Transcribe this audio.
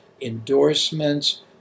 endorsements